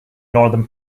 northern